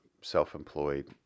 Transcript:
self-employed